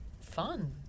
Fun